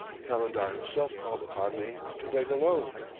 calendar himself called upon me, to beg a loan.